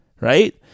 right